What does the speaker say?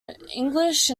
english